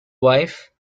wife